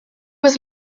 was